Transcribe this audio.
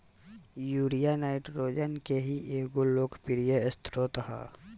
urea nitrogen के ही एगो लोकप्रिय स्रोत ह